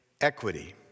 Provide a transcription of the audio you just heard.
equity